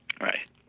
Right